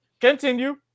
Continue